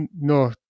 no